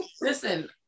Listen